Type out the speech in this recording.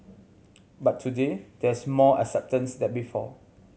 but today there's more acceptance than before